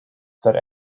said